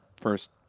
first